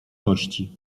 gości